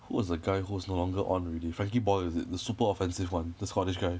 who was the guy who was no longer on already frankie boyle is it the super offensive one the scottish guy